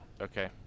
okay